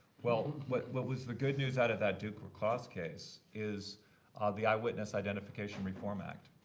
well, what what was the good news out of that duke lacrosse case is the eyewitness identification reform act.